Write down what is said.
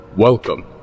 Welcome